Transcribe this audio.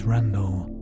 Randall